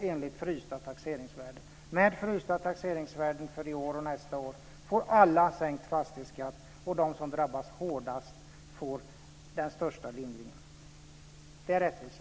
Med frysta taxeringsvärden för i år och nästa år får alla sänkt fastighetsskatt, och de som drabbas hårdast får den största lindringen. Det är rättvisa.